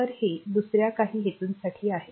तर हे दुसर्या काही हेतूंसाठी आहे